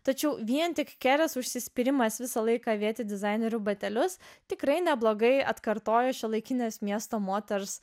tačiau vien tik kerės užsispyrimas visą laiką avėti dizainerių batelius tikrai neblogai atkartoja šiuolaikinės miesto moters